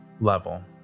level